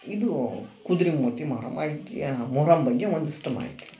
ಇದು ಕುದುರೆ ಮೂತಿ ಮೊಹರಮ್ ಮೊಹರಮ್ ಬಗ್ಗೆ ಒಂದಿಷ್ಟು ಮಾಹಿತಿ